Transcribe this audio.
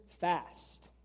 fast